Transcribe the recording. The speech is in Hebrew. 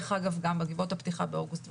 בעקבות הפתיחה באוגוסט,